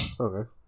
Okay